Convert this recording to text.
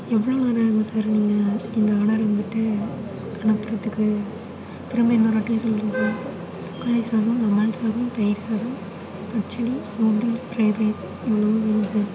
எவ்வளோ நேரம் ஆகும் சார் நீங்கள் இந்த ஆடர் வந்துட்டு அனுப்புகிறதுக்கு திரும்ப இன்னொருவாட்டி சொல்கிறேன் சார் தக்காளி சாதம் லெமன் சாதம் தயிர் சாதம் பச்சடி நூடுல்ஸ் ஃப்ரைட் ரைஸ் இவ்வளோவும் வேணும் சார்